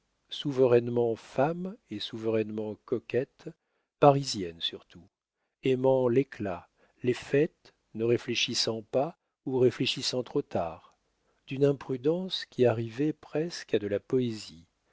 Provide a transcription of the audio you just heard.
souverainement femme et souverainement coquette parisienne surtout aimant l'éclat les fêtes ne réfléchissant pas ou réfléchissant trop tard d'une imprudence qui arrivait presque à de la poésie